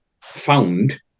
found